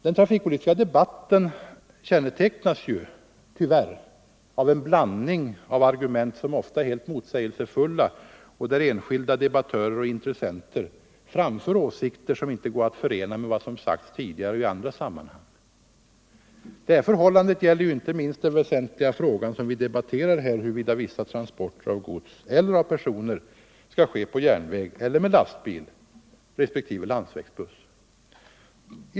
Den trafikpolitiska debatten kännetecknas tyvärr av en blandning av argument som ofta är helt motsägelsefulla och där enskilda debattörer och intressenter framför åsikter som inte går att förena med vad som sagts tidigare och i andra sammanhang. Detta gäller inte minst den väsentliga frågan som vi här debatterar, huruvida vissa transporter av gods eller personer skall ske per järnväg eller med lastbil, respektive med landsvägsbuss.